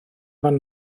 fan